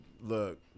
look